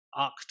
act